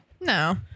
No